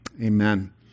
Amen